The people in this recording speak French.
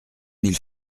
mille